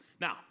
Now